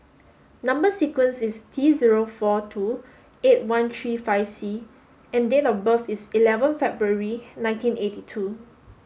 number sequence is T zero four two eight one three five C and date of birth is eleven February nineteen eighty two